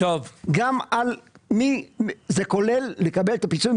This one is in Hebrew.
גם על מי זה כולל לקבל את הפיצוי,